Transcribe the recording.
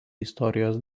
istorijos